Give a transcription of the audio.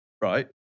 Right